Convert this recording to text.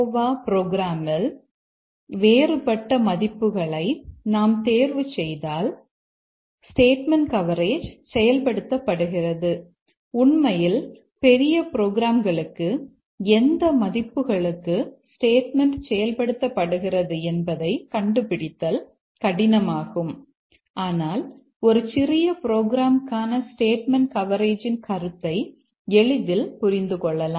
வ ப்ரோக்ராமில் வேறுபட்ட மதிப்புகளை நாம் தேர்வுசெய்தால் ஸ்டேட்மெண்ட் கவரேஜ் செயல்படுத்தப்படுகிறது உண்மையில் பெரிய புரோகிராம்களுக்கு எந்த மதிப்புகளுக்கு ஸ்டேட்மெண்ட் செயல்படுத்தப்படுகிறது என்பதை கண்டுபிடித்தல் கடினமாகும் ஆனால் ஒரு சிறிய புரோகிராம்கான ஸ்டேட்மெண்ட் கவரேஜின் கருத்தை எளிதில் புரிந்து கொள்ளலாம்